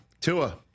Tua